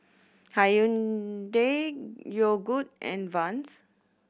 Hyundai Yogood and Vans